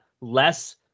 less